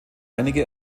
einige